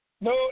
No